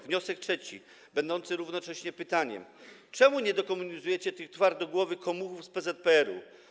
Wniosek trzeci będący równocześnie pytaniem: Czemu nie dekomunizujecie tych twardogłowych komuchów z PZPR-u?